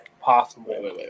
possible